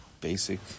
basic